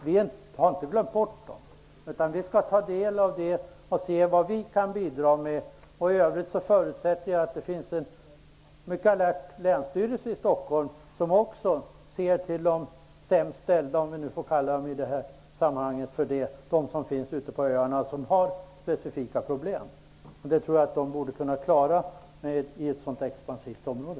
Vi har inte glömt bort dem. Vi skall ta del av deras problem och se vad vi kan bidra med. I övrigt förutsätter jag att det finns en mycket alert länsstyrelse i Stockholm som också ser till de sämst ställda, om vi får kalla dem som finns ute på öarna och som har specifika problem så i det här sammanhanget. Det tror jag att man borde kunna klara i ett sådant expansivt område.